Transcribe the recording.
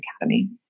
Academy